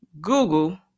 Google